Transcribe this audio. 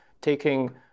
taking